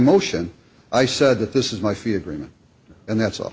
motion i said that this is my fee agreement and that's all